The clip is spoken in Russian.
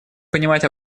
понимать